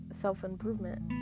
self-improvement